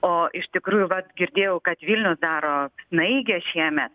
o iš tikrųjų vat girdėjau kad vilnius daro snaigę šiemet